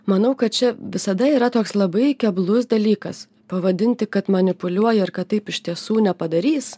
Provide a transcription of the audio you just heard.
manau kad čia visada yra toks labai keblus dalykas pavadinti kad manipuliuoja ir kad taip iš tiesų nepadarys